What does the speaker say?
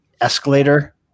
escalator